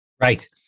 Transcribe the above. Right